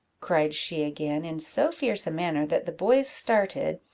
cried she again, in so fierce a manner that the boys started,